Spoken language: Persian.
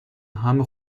همه